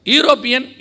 European